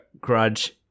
grudge